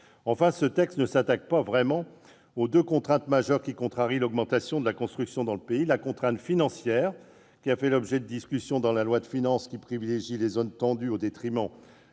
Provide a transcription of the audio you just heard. Enfin, ce texte ne s'attaque pas vraiment aux deux contraintes majeures qui contrarient l'augmentation de la construction dans le pays : la contrainte financière, qui a fait l'objet de discussions dans la loi de finances, qui privilégie les zones tendues au détriment